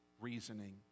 reasoning